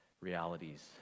realities